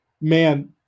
man